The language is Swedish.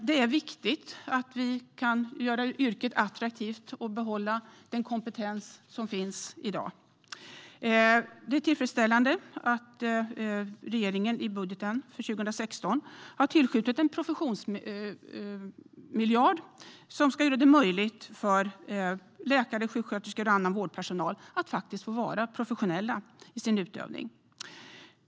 Det är viktigt att vi kan göra yrket attraktivt och behålla den kompetens som finns i dag. Det är tillfredsställande att regeringen i budgeten för 2016 har tillskjutit en professionsmiljard som ska göra det möjligt för läkare, sjuksköterskor och annan vårdpersonal att få vara professionella i sin utövning.